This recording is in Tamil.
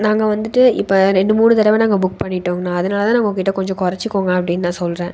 நாங்கள் வந்துட்டு இப்போ ரெண்டு மூணு தடவை நாங்கள் புக் பண்ணிட்டோம்ங்கண்ணா அதனால தான் நாங்கள் உங்ககிட்ட கொஞ்சம் கொறைச்சிக்கோங்க அப்படினு நான் சொல்கிறேன்